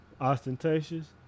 Ostentatious